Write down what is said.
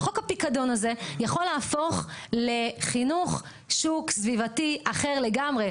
וחוק הפיקדון הזה יכול להפוך לחינוך שוק סביבתי אחר לגמרי,